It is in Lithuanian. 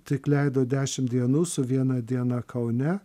tik leido dešim dienų su viena diena kaune